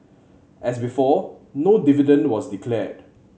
as before no dividend was declared